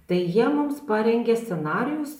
tai jie mums parengė scenarijus